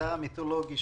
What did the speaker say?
הוועדה המיתולוגי